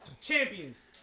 Champions